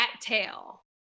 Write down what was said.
tail